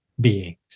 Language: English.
beings